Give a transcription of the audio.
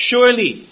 Surely